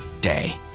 day